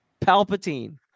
Palpatine